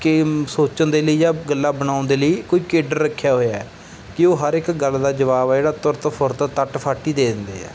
ਕਿ ਸੋਚਣ ਦੇ ਲਈ ਜਾਂ ਗੱਲਾਂ ਬਣਾਉਣ ਦੇ ਲਈ ਕੋਈ ਕੇਡਰ ਰੱਖਿਆ ਹੋਇਆ ਕਿ ਉਹ ਹਰ ਇੱਕ ਗੱਲ ਦਾ ਜਵਾਬ ਆ ਜਿਹੜਾ ਤੁਰਤ ਫੁਰਤ ਤੱਟ ਫੱਟ ਹੀ ਦੇ ਦਿੰਦੇ ਹੈ